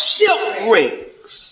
Shipwrecks